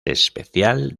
especial